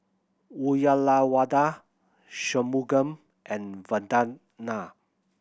Uyyalawada Shunmugam and Vandana